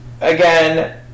again